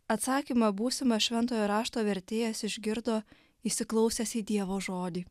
atsakymą būsimą šventojo rašto vertėjas išgirdo įsiklausęs į dievo žodį